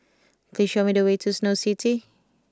please show me the way to Snow City